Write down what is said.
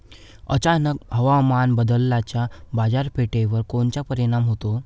अचानक हवामान बदलाचा बाजारपेठेवर कोनचा परिणाम होतो?